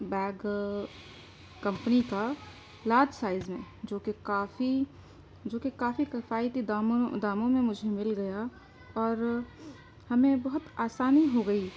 bag company کا large size میں جو کہ کافی جو کہ کافی کفایتی داموں میں داموں میں مجھے مل گیا اور ہمیں بہت آسانی ہو گئی